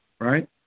right